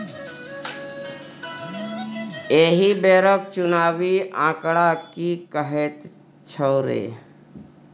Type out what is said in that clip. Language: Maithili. एहि बेरक चुनावी आंकड़ा की कहैत छौ रे